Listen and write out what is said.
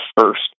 first